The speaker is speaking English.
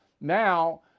Now